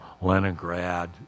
Leningrad